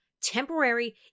temporary